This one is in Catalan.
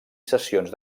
sessions